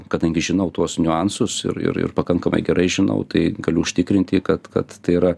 kadangi žinau tuos niuansus ir ir ir pakankamai gerai žinau tai galiu užtikrinti kad kad tai yra